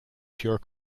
pure